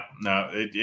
No